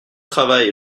travail